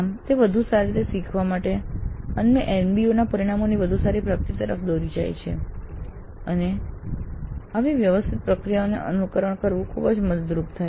આમ તે વધુ સારી રીતે શીખવા અને NBA પરિણામોની વધુ સારી પ્રાપ્તિ તરફ દોરી જાય છે અને આવી વ્યવસ્થિત પ્રક્રિયાનું અનુસરણ કરવું ખૂબ જ મદદરૂપ છે